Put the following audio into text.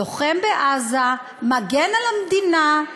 לוחם בעזה, מגן על המדינה,